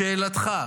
לשאלתך,